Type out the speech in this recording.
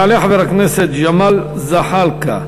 יעלה חבר הכנסת ג'מאל זחאלקה,